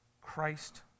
Christ